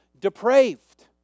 depraved